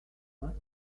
vingts